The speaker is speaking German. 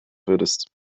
würdest